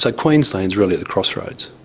so queensland is really at the crossroads.